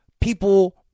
people